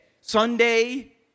Sunday